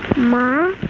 mercy,